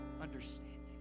Understanding